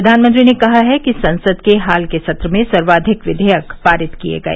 प्रधानमंत्री ने कहा है कि संसद के हाल के सत्र में सर्वाधिक विधेयक पारित किए गए